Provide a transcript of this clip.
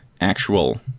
actual